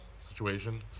situation